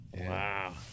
wow